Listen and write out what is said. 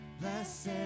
Blessed